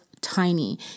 tiny